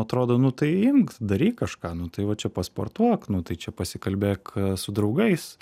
atrodo nu tai imk daryk kažką nu tai va čia pasportuok nu tai čia pasikalbėk su draugais